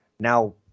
Now